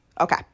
Okay